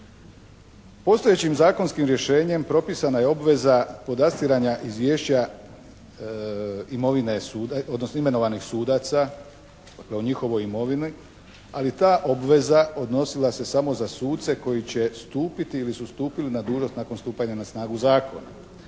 Postojećim zakonskim rješenjem propisana je obveza podastiranja izvješća imovine odnosno imenovanih sudaca o njihovoj imovini ali ta obveza odnosila se samo za suce koji će stupiti ili su stupili na dužnost nakon stupanja na snagu zakona.